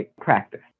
practice